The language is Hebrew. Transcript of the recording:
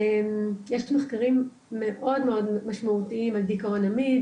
יש מחקרים מאוד משמעותיים על דיכאון עמיד,